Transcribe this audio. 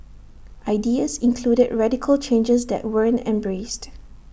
ideas included radical changes that weren't embraced